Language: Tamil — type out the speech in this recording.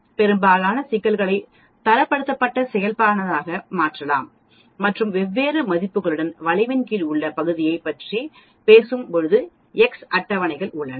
பெரும்பாலான சிக்கல்களை தரப்படுத்தப்பட்ட இயல்பானதாக மாற்றலாம் மற்றும் வெவ்வேறு மதிப்புகளுக்கு வளைவின் கீழ் உள்ள பகுதியைப் பற்றி பேசும் x அட்டவணைகள் உள்ளன